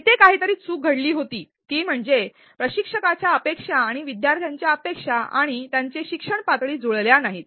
येथे काहीतरी चूक घडली होती ते म्हणजे प्रशिक्षकाच्या अपेक्षा आणि विद्यार्थ्यांच्या अपेक्षा आणि त्यांचे शिक्षण पातळी जुळल्या नाहीत